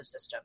ecosystem